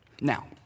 Now